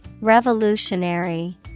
Revolutionary